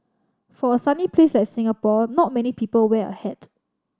for a sunny place like Singapore not many people wear a hat